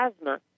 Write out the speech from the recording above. asthma